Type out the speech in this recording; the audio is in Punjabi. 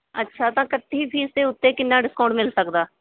ਅੱਛਾ ਤਾਂ ਇਕੱਠੀ ਫੀਸ ਦੇ ਉੱਤੇ ਕਿੰਨਾ ਡਿਸਕਾਊਂਟ ਮਿਲ ਸਕਦਾ